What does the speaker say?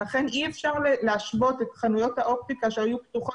לכן אי אפשר להשוות את חנויות האופטיקה שהיו פתוחות,